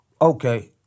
okay